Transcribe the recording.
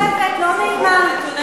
האמת כואבת, לא נעימה.